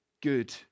good